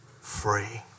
free